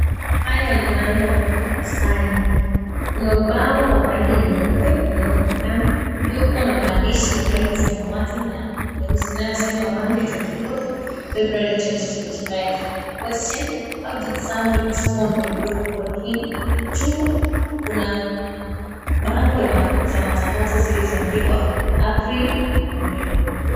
Haya ni mandhari ya darasani. Kuna ubao wa rangi mweupe unaoonekana ukiwa na maandishi ya rangi ya samawati na nyeusi yanayosema Monday 24 February 2025. Question: how did someone respond when God called him? Juu yake kuna bango la matangazo yaliyoandikwa Aprili na Mei.